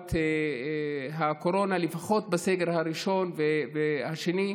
בתקופת הקורונה, לפחות בסגר הראשון והשני,